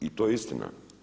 I to je istina.